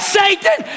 satan